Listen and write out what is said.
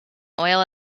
oil